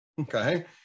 okay